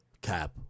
Cap